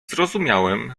zrozumiałem